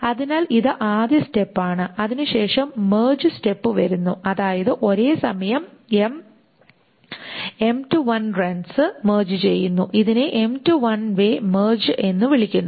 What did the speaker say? അതിനാൽ ഇത് ആദ്യ സ്റ്റെപ് ആണ് അതിനുശേഷം മെർജ് സ്റ്റെപ് വരുന്നു അതായത് ഒരേ സമയം റൺസ് മെർജ് ചെയ്യുന്നു ഇതിനെ വേ മെർജ് എന്ന് വിളിക്കുന്നു